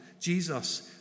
Jesus